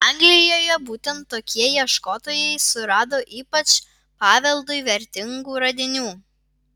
anglijoje būtent tokie ieškotojai surado ypač paveldui vertingų radinių